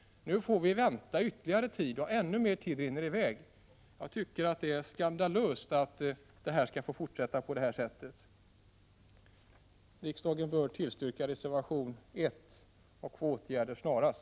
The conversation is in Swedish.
Men nu får vi vänta ytterligare, och ännu mer tid rinner i väg. Jag tycker att det är skandalöst att det skall få fortsätta på detta sätt. Riksdagen bör bifalla reservation 1 om åtgärder snarast.